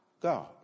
God